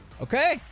Okay